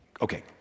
Okay